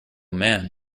man